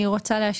אני רוצה להשיב.